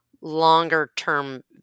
longer-term